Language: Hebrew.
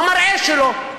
המראה שלו.